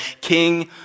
King